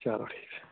چلو ٹھیٖک چھُ